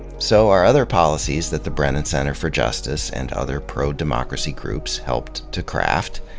so are other policies that the brennan center for justice and other pro-democracy groups helped to craft,